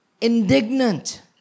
indignant